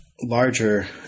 larger